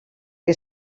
que